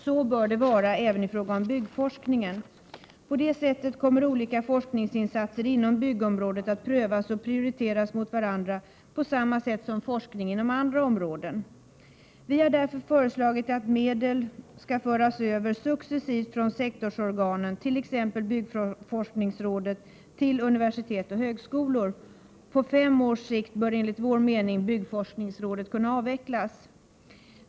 Så bör det vara även i fråga om byggforskning. På det sättet kommer olika forskningsinsatser inom byggområdet att prövas mot varandra och prioriteras på samma sätt som forskning inom andra områden. Vi har därför föreslagit att medel skall föras över successivt från sektorsorganen, t.ex. byggforskningsrådet, till universitet och högskolor. På fem års sikt bör, enligt vår mening, byggforskningsrådet kunna avvecklas.